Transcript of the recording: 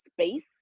space